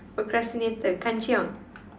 procrastinator kanchiong